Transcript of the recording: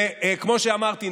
וכמו שאמרתי,